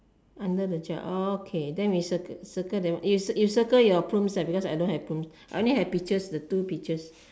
under the chair okay then we circle that you circle your plums because I don't have plums I only have peaches the two peaches